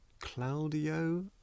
Claudio